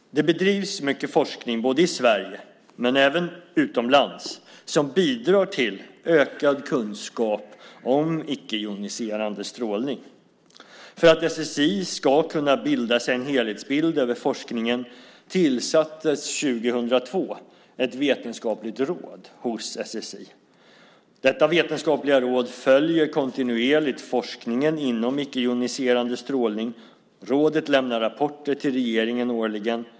Det bedrivs mycket forskning, både i Sverige och utomlands, som bidrar till ökad kunskap om icke-joniserande strålning. För att SSI ska kunna bilda sig en helhetsbild över forskningen tillsattes 2002 ett vetenskapligt råd hos SSI. Detta vetenskapliga råd följer kontinuerligt forskningen inom icke-joniserande strålning. Rådet lämnar rapporter till regeringen.